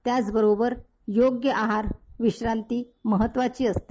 त्याचबरोबर योग्य आहार विश्रांती महत्वाची असते